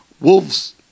wolves